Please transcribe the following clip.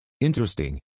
Interesting